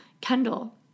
Kendall